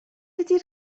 ydy